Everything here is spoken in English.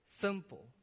Simple